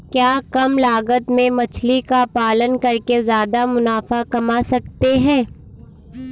क्या कम लागत में मछली का पालन करके ज्यादा मुनाफा कमा सकते हैं?